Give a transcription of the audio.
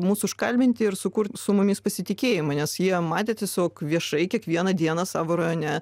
mus užkalbinti ir sukurt su mumis pasitikėjimą nes jie matė tiesiog viešai kiekvieną dieną savo rajone